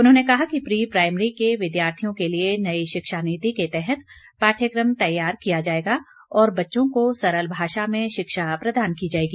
उन्होंने कहा कि प्री प्राईमरी के विद्यार्थियों के लिए नई शिक्षा नीति के तहत पाठ्यक्रम तैयार किया जाएगा और बच्चों को सरल भाषा में शिक्षा प्रदान की जाएगी